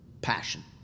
Passion